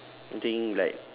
I think like